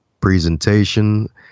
presentation